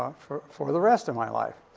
ah for for the rest of my life.